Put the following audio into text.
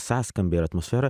sąskambiai ir atmosfera